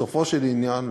בסופו של עניין,